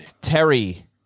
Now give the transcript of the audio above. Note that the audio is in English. Terry